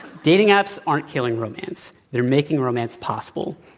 dating apps aren't killing romance. they're making romance possible.